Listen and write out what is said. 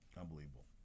Unbelievable